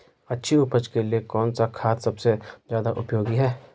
अच्छी उपज के लिए कौन सा खाद सबसे ज़्यादा उपयोगी है?